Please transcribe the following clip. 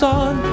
on